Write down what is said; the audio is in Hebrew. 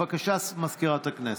בבקשה, מזכירת הכנסת.